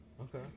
Okay